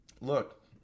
look